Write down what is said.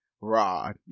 rod